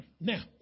Now